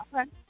Okay